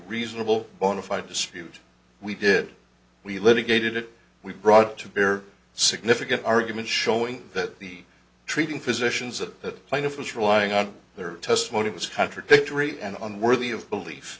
reasonable bona fide dispute we did we litigated it we brought to bear significant argument showing that the treating physicians that plaintiff was relying on their testimony was contradictory and on worthy of belief